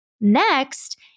Next